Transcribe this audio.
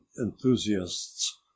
enthusiasts